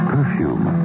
Perfume